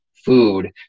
food